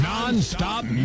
Non-stop